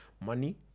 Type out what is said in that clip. money